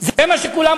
זה לא קיים,